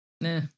Nah